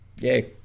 yay